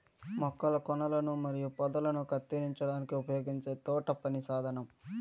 మొక్కల కొనలను మరియు పొదలను కత్తిరించడానికి ఉపయోగించే తోటపని సాధనం